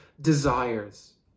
desires